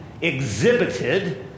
exhibited